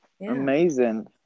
Amazing